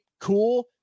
cool